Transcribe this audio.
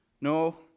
No